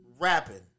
Rapping